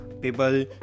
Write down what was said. People